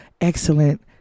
excellent